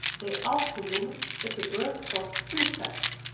they asked the woman if the birds cost two cents,